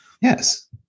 Yes